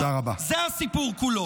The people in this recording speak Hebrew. זה הסיפור כולו.